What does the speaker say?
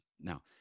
now